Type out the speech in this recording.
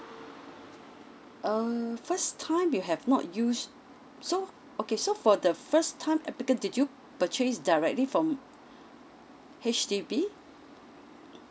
err first time you have not used so okay so for the first time applicant did you purchase directly from H_D_B